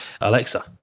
Alexa